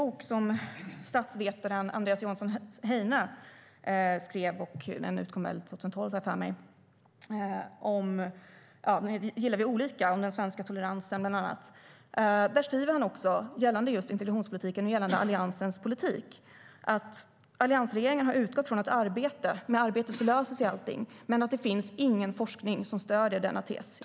Statsvetaren Andreas Johansson Heinö har skrivit en bok om bland annat den svenska toleransen. Den utkom 2012 och heter Gillar vi olika? När det gäller integrationspolitiken och Alliansens politik skriver han att alliansregeringen har utgått från att allting löser sig med arbete men att det inte finns någon forskning som stöder den tesen.